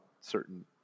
certain